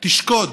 תשקוד